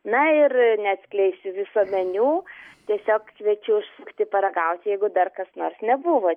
na ir neatskleisiu viso meniu tiesiog kviečiu užsukti paragauti jeigu dar kas nors nebuvot